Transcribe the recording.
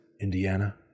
Indiana